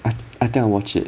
I I think I watch it